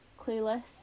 Clueless